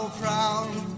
proud